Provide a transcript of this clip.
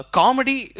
comedy